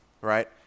right